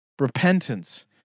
repentance